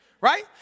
right